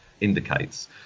indicates